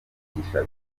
kamugisha